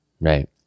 Right